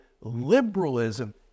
liberalism